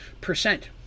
percent